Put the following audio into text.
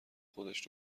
خودش